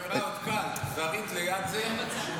שומרה עוד קל, זרעית ליד זה --- בכלל.